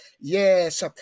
Yes